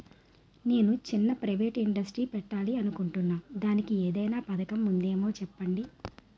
నేను చిన్న private industry పెట్టాలి అనుకుంటున్నా దానికి ఏదైనా పథకం ఉందేమో చెప్పండి?